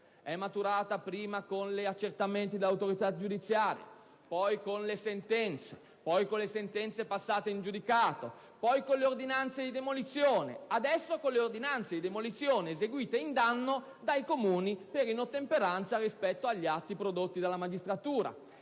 è maturata prima con gli accertamenti dell'autorità giudiziaria, poi con le sentenze, poi con le sentenze passate in giudicato, poi con le ordinanze di demolizione, adesso con le ordinanze di demolizione eseguite in danno dai Comuni per inottemperanza rispetto agli atti prodotti dalla magistratura.